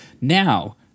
Now